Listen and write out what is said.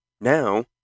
now